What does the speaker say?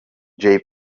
jay